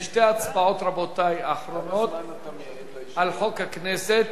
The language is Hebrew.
רבותי, בשתי ההצבעות האחרונות על חוק הכנסת